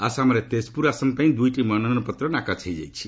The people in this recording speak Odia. ଆସାମରେ ତେଜପୁର ଆସନ ପାଇଁ ଦୁଇଟି ମନୋନୟନପତ୍ର ନାକଚ ହୋଇଯାଇଛି